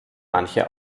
manche